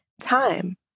time